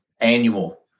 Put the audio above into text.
Annual